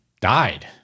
died